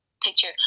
picture